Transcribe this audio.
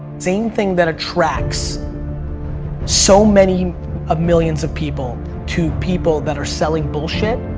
same thing that attracts so many of millions of people to people that are selling bullshit.